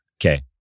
Okay